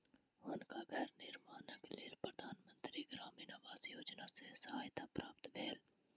हुनका घर निर्माणक लेल प्रधान मंत्री ग्रामीण आवास योजना सॅ सहायता प्राप्त भेल